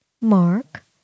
Mark